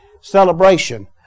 celebration